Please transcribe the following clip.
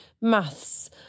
maths